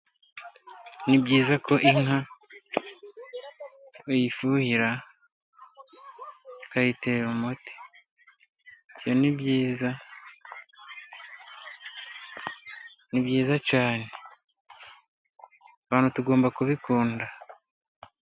Ni byiza ko inka uyifuhira, ukayitera umuti, ibyo ni byiza ni byiza cyane abantu togomba kubikunda.